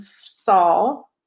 Saul